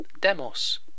demos